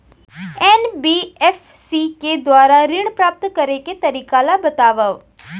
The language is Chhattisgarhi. एन.बी.एफ.सी के दुवारा ऋण प्राप्त करे के तरीका ल बतावव?